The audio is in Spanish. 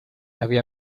había